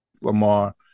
Lamar